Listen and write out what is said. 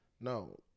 No